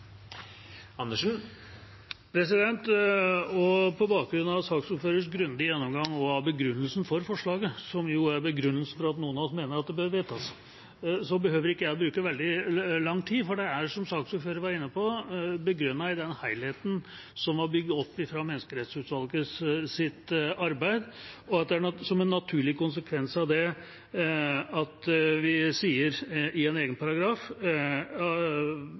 for at noen av oss mener det bør vedtas, behøver ikke jeg å bruke veldig lang tid. Det er som saksordføreren var inne på, begrunnet i den helheten som er bygd opp fra Menneskerettighetsutvalgets arbeid, at vi som en naturlig konsekvens av det, skriver en egen paragraf om reglene for begrensningene i Grunnloven. Det viktige i dette forslaget er de punktene som vi foreslår at det ikke kan gjøres begrensning i.